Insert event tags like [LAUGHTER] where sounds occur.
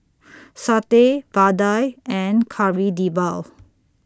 [NOISE] Satay Vadai and Kari Debal